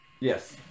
Yes